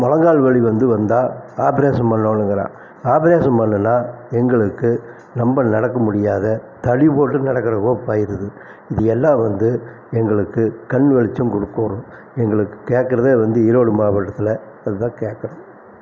முழங்கால் வலி வந்து வந்தா ஆப்ரேஷன் பண்ணனுங்குறான் ஆப்ரேஷன் பண்ணுனா எங்களுக்கு ரொம்ப நடக்க முடியாத தடி போட்டு நடக்கிற ஆயிடுது இது எல்லாம் வந்து எங்களுக்கு கண் வெளிச்சம் கொடுக்கோணும் எங்களுக்கு கேட்கறதே வந்து ஈரோடு மாவட்டத்தில் அதுதான் கேட்பன்